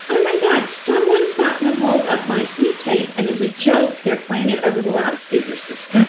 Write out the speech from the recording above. oh, my god. someone's gotten a hold of my sleep tape and as a joke, they're playing it over the loudspeaker system